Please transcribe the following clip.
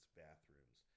bathrooms